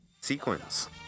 sequence